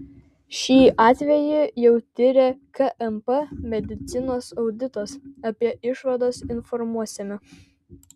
šį atvejį jau tiria kmp medicinos auditas apie išvadas informuosime